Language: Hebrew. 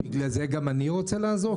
בגלל זה גם אני רוצה לעזור, כי גדלתי שם?